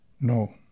No